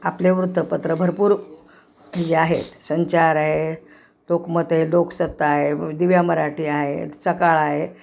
आपले वृत्तपत्र भरपूर हे आहेत संचार आहे लोकमत आहे लोकसत्ता आहे दिव्या मराठी आहे सकाळ आहे